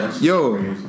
Yo